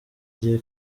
gihe